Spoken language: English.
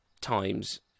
times